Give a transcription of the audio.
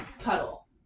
cuddle